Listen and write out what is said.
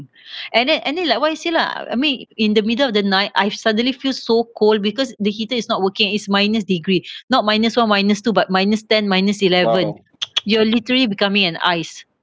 and then and then like what you say lah I mean in the middle of the night I suddenly feel so cold because the heater is not working it's minus degree not minus one minus two but minus ten minus eleven you're literally becoming an ice